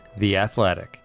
theathletic